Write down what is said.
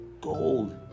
gold